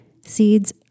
seeds